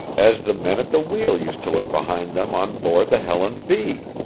as the men at the wheel used to look behind them on board the helen b.